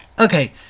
Okay